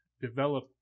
develop